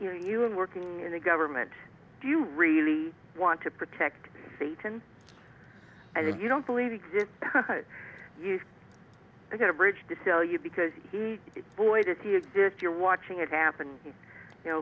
you know you are working in the government do you really want to protect satan and if you don't believe exists you've got a bridge to sell you because he is boy does he exist you're watching it happen you know